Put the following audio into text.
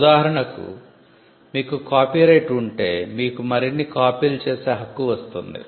ఉదాహరణకు మీకు కాపీరైట్ ఉంటే మీకు మరిన్ని కాపీలు చేసే హక్కు వస్తుంది